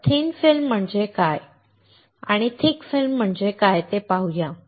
तर thin film म्हणजे काय आणि थिक फिल्म काय ते पाहूया